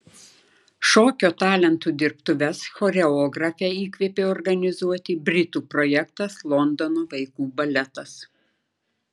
šokio talentų dirbtuves choreografę įkvėpė organizuoti britų projektas londono vaikų baletas